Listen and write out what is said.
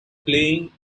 playing